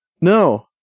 No